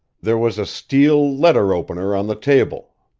there was a steel letter opener on the table.